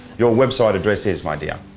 you website address is my dear?